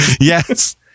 Yes